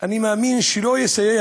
אני מאמין שהוא לא יסייע